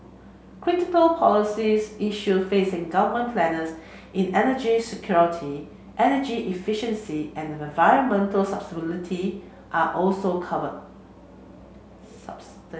critical policies issue facing government planners in energy security energy efficiency and environmental sustainability are also covered